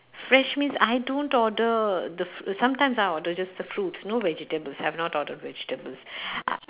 fresh means I don't order the f~ sometimes I order just the fruits no vegetables have not ordered vegetables